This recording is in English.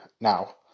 Now